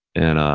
and um,